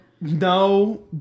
no